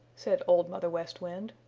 said old mother west wind,